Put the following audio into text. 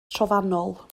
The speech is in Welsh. trofannol